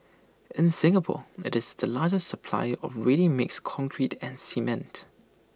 in Singapore IT is the largest supplier of ready mixed concrete and cement